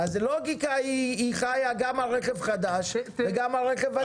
אז לוגיקה היא חיה גם על רכב חדש וגם על רכב ותיק.